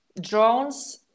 drones